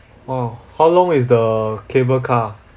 orh how long is the cable car